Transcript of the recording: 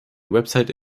website